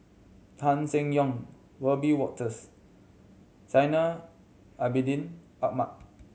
Tan Seng Yong Wiebe Wolters Zainal Abidin Ahmad